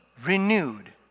renewed